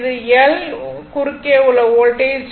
இது L குறுக்கே உள்ள வோல்டேஜ்